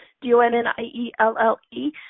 D-O-N-N-I-E-L-L-E